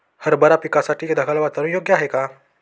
हरभरा पिकासाठी ढगाळ वातावरण योग्य आहे का?